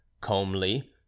comely